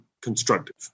constructive